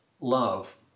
love